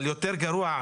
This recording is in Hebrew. אבל יותר גרוע,